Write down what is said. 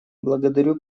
благодарю